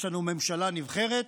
יש לנו ממשלה נבחרת.